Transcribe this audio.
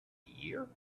year